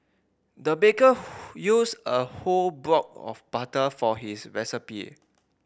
the baker who used a whole block of butter for his recipe